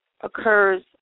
occurs